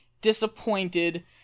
disappointed